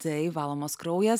tai valomas kraujas